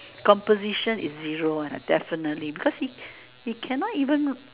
composition is zero one definitely because he he cannot even